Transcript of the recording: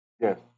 Yes